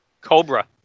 Cobra